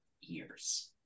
years